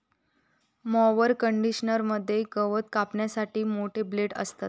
mower conditioner मध्ये गवत कापण्यासाठी मोठे ब्लेड असतत